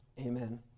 Amen